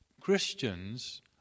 Christians